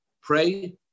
pray